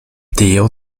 theo